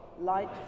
light